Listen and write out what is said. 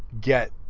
get